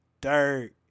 dirt